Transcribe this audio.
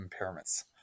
impairments